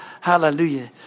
hallelujah